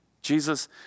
Jesus